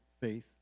faith